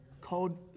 called